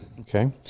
Okay